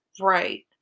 Right